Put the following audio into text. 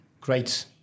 great